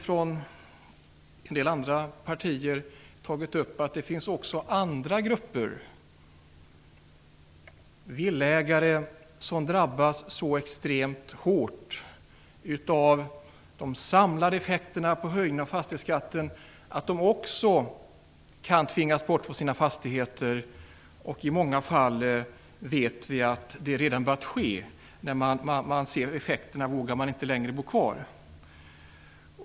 Från en del andra partier har vi då tagit upp att det också finns andra grupper villaägare som drabbas så extremt hårt av de samlade effekterna av höjningen av fastighetsskatten att även de kan tvingas bort från sina fastigheter. I många fall har det redan börjat ske. När man ser effekterna vågar man inte längre bo kvar.